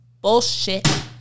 Bullshit